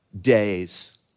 days